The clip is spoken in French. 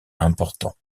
important